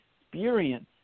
experience